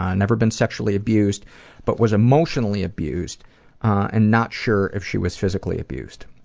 ah and never been sexually abused but was emotionally abused and not sure if she was physically abused.